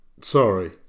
sorry